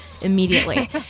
immediately